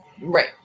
Right